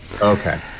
okay